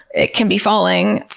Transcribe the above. it can be falling,